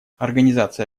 организация